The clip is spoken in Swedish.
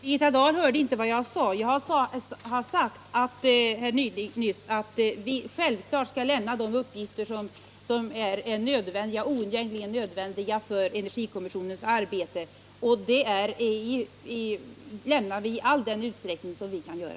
Herr talman! Birgitta Dahl hörde tydligen inte vad jag sade. Jag har nyss sagt att vi självklart skall lämna de uppgifter som är oundgängligen nödvändiga för energikommissionens arbete, och dem lämnar vi i all den utsträckning vi kan göra.